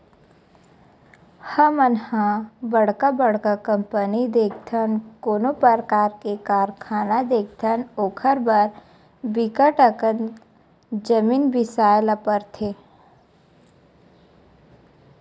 हमन ह बड़का बड़का कंपनी देखथन, कोनो परकार के कारखाना देखथन ओखर बर बिकट अकन जमीन बिसाए ल परथे